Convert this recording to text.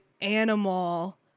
animal